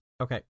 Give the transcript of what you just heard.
Okay